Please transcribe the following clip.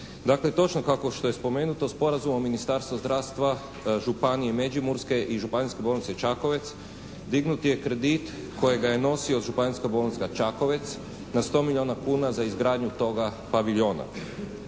Dakle točno kako je spomenuto sporazumom Ministarstvo zdravstva, Županije međimurske i Županijske bolnice Čakovec dignut je kredit kojega je nosila Županijska bolnica Čakovec na 100 milijuna kuna za izgradnju toga paviljona.